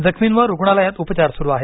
जखमींवर रूग्णालयात उपचार सुरु आहेत